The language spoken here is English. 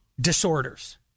disorders